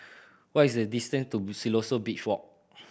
what is the distance to Siloso Beach Walk